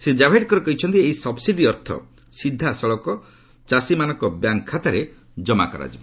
ଶ୍ରୀ ଜାଭଡେକର କହିଛନ୍ତି ଏହି ସବ୍ସିଡି ଅର୍ଥ ସିଧାସଳଖ ଚାଷୀମାନଙ୍କ ବ୍ୟାଙ୍କ୍ ଖାତାରେ ଜମା କରାଯିବ